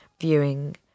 viewing